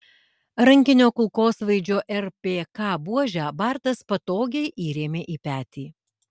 rankinio kulkosvaidžio rpk buožę bartas patogiai įrėmė į petį